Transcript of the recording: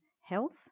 health